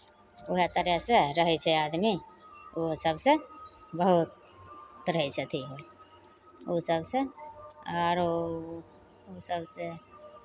उएह डरेसँ रहै छै आदमी ओ सभसँ बहुत रहै छै अथि होल ओ सभसँ आरो सभसँ